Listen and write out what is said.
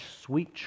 sweet